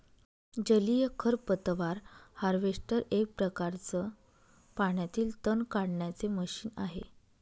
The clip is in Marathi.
जलीय खरपतवार हार्वेस्टर एक प्रकारच पाण्यातील तण काढण्याचे मशीन आहे